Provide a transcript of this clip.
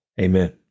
Amen